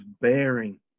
bearing